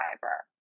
fiber